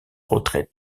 retrait